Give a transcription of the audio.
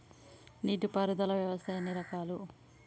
నీటి పారుదల వ్యవస్థ ఎన్ని రకాలు?